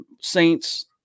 Saints